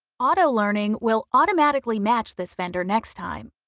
auto learning will automatically match this vendor next time.